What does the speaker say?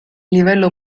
livello